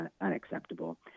unacceptable